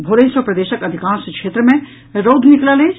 भोरहि सँ प्रदेशक अधिकांश क्षेत्र मे रौद निकलल अछि